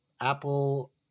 apple